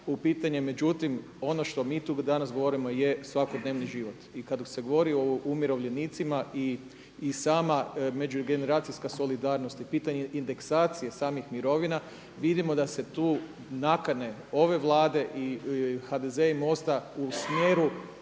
u pitanje, međutim ono što mi tu danas govorimo je svakodnevni život. I kada se govori o umirovljenicima i sama međugeneracijska solidarnost i pitanje indeksacije samih mirovina vidimo da se tu nakane ove Vlade HDZ-a i MOST-a u smjeru